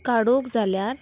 काडोक जाल्यार